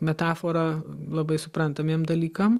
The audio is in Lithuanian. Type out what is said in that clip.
metafora labai suprantamiem dalykam